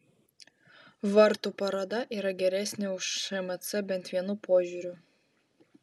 vartų paroda yra geresnė už šmc bent vienu požiūriu